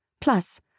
Plus